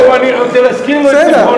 שלא תשכח.